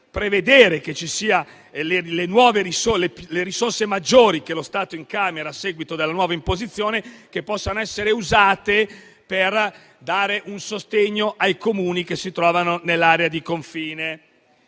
prevede che le risorse maggiori incamerate dallo Stato a seguito della nuova imposizione possano essere usate per dare sostegno ai Comuni che si trovano nell'area di confine.